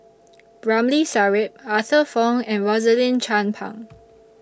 Ramli Sarip Arthur Fong and Rosaline Chan Pang